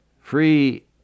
Free